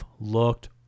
looked